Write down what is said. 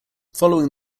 following